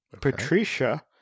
Patricia